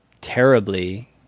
terribly